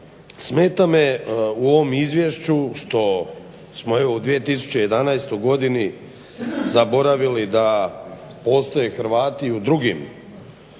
Smeta me u ovom izvješću što smo evo u 2011. godini zaboravili da postoje Hrvati i u drugim